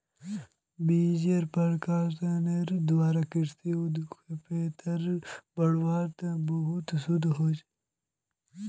बिजेर प्रसंस्करनेर द्वारा कृषि उत्पादेर बढ़ोतरीत बहुत शोध होइए